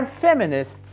feminists